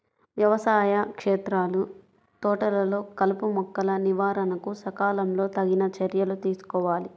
వ్యవసాయ క్షేత్రాలు, తోటలలో కలుపుమొక్కల నివారణకు సకాలంలో తగిన చర్యలు తీసుకోవాలి